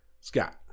Scott